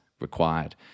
required